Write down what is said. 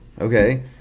okay